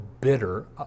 bitter